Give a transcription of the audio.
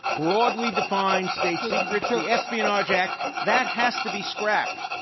broadly defined state secrets, and the espionage act. that has to be scrapped.